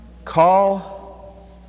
Call